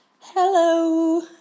Hello